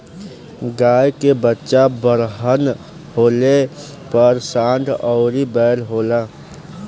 गाय के बच्चा बड़हन होले पर सांड अउरी बैल होला